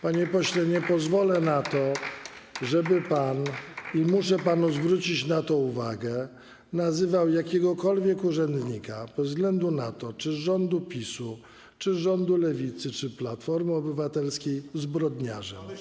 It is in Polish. Panie pośle, nie pozwolę na to, żeby pan, i muszę panu zwrócić na to uwagę, nazywał jakiegokolwiek urzędnika, bez względu na to, czy jest on z rządu PiS-u, czy z rządu Lewicy, czy Platformy Obywatelskiej, zbrodniarzem.